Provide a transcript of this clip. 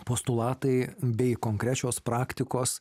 postulatai bei konkrečios praktikos